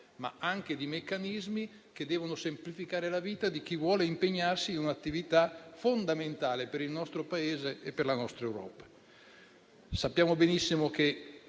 ma anche di meccanismi che devono semplificare la vita di chi vuole impegnarsi in un'attività fondamentale per il nostro Paese e la nostra Europa. Sappiamo benissimo che